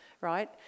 right